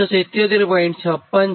56 છે